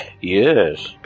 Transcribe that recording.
Yes